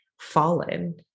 fallen